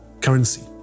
currency